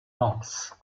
vance